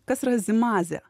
kas yra zimazė